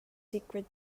secret